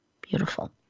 Beautiful